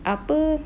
apa